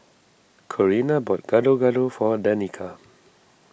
Corrina bought Gado Gado for Danika